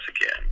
again